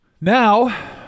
Now